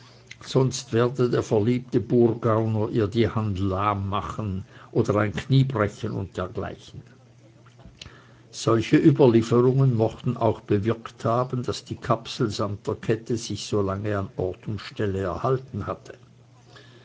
sonst werde der verliebt burgauner ihr die hand lahm machen oder ein knie brechen und dergleichen solche überlieferungen mochten auch bewirkt haben daß die kapsel samt der kette sich so lange zeit an ort und stelle erhalten hatte